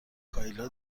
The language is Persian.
کایلا